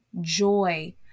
joy